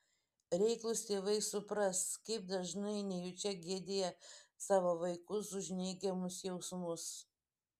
reiklūs tėvai supras kaip dažnai nejučia gėdija savo vaikus už neigiamus jausmus